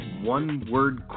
one-word